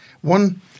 one